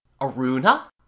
aruna